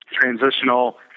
transitional